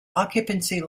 occupancy